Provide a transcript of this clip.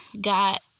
got